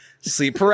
Sleep